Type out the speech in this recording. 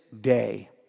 day